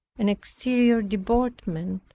and exterior deportment.